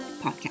podcast